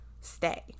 stay